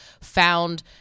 found